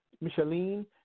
Micheline